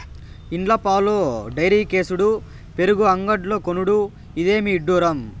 ఇండ్ల పాలు డైరీకేసుడు పెరుగు అంగడ్లో కొనుడు, ఇదేమి ఇడ్డూరం